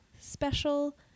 special